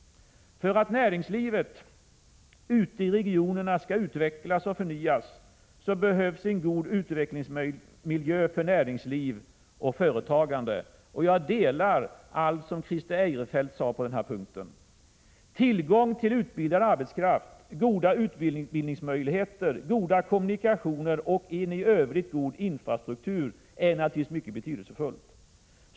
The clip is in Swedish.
För att näringslivet ute i regionerna skall utvecklas och förnyas behövs en god utvecklingsmiljö för näringsliv och företagare. Jag instämmer i allt som Christer Eirefelt sade på denna punkt. Tillgång till utbildad arbetskraft, goda utbildningsmöjligheter, goda kommunikationer och en i övrigt god infrastruktur är naturligtvis mycket betydelsefullt.